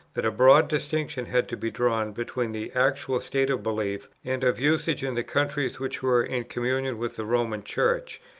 that a broad distinction had to be drawn between the actual state of belief and of usage in the countries which were in communion with the roman church,